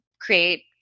create